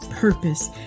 purpose